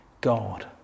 God